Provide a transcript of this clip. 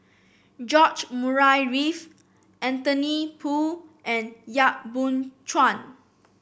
George Murray Reith Anthony Poon and Yap Boon Chuan